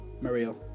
Mario